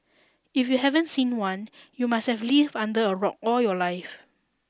if you haven't seen one you must have lived under a rock all your life